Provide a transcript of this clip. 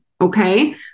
Okay